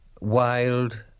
Wild